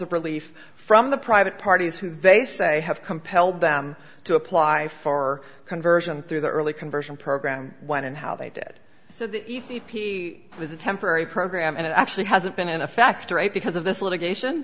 of relief from the private parties who they say have compelled them to apply for conversion through the early conversion program when and how they did so the p c was a temporary program and it actually hasn't been a factor because of this litigation